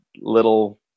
little